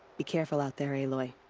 be careful out there aloy.